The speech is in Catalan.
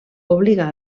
obliga